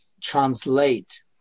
translate